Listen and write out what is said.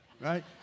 right